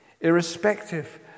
irrespective